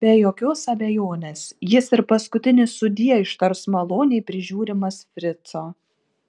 be jokios abejonės jis ir paskutinį sudie ištars maloniai prižiūrimas frico